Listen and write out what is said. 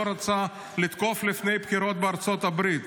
לא רצתה לתקוף לפני הבחירות בארצות הברית.